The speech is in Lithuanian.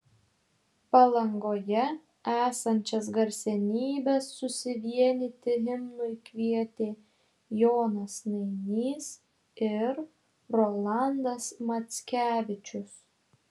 palangoje esančias garsenybes susivienyti himnui kvietė jonas nainys ir rolandas mackevičius